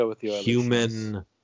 human